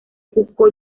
cusco